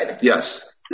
Yes